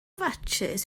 fatsis